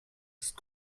ist